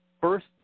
First